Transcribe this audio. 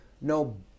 no